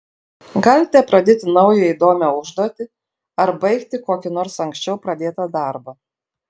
galite pradėti naują įdomią užduotį ar baigti kokį nors anksčiau pradėtą darbą